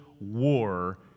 war